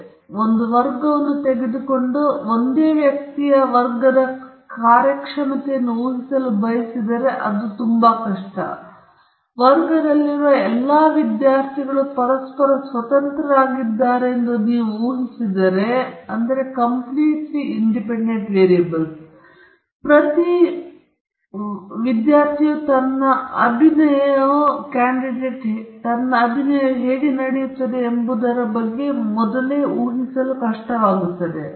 ನಾವು ಒಂದು ವರ್ಗವನ್ನು ತೆಗೆದುಕೊಳ್ಳೋಣ ಮತ್ತು ನಾವು ಒಂದೇ ವ್ಯಕ್ತಿಯ ವರ್ಗದ ಕಾರ್ಯಕ್ಷಮತೆಯನ್ನು ಊಹಿಸಲು ಬಯಸಿದರೆ ಅದು ತುಂಬಾ ಕಷ್ಟ ಮತ್ತು ವರ್ಗದಲ್ಲಿರುವ ಎಲ್ಲ ವಿದ್ಯಾರ್ಥಿಗಳು ಪರಸ್ಪರ ಸ್ವತಂತ್ರರಾಗಿದ್ದಾರೆಂದು ನೀವು ಊಹಿಸಿದರೆ ಪ್ರತಿ ವಿದ್ಯಾರ್ಥಿಯು ತನ್ನ ಅಭಿನಯವು ಹೇಗೆ ನಡೆಯುತ್ತಿದೆ ಎಂಬುದರ ಬಗ್ಗೆ ಮುಂಚಿತವಾಗಿ ಊಹಿಸಲು ಕಷ್ಟವಾಗುತ್ತದೆ